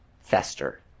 Fester